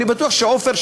אני בטוח שעפר,